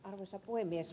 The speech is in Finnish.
arvoisa puhemies